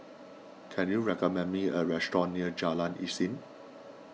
can you recommend me a restaurant near Jalan Isnin